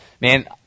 Man